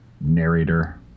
narrator